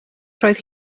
roedd